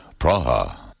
Praha